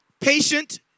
patient